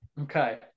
Okay